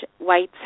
whites